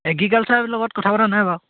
এগ্ৰিকালচাৰৰ লগত কথা পতা নাই বাৰু